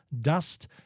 dust